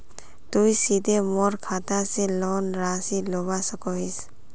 तुई सीधे मोर खाता से लोन राशि लुबा सकोहिस?